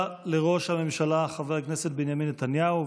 תודה רבה לראש הממשלה חבר הכנסת בנימין נתניהו.